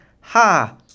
ha